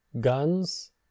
guns